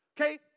okay